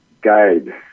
guide